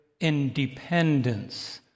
independence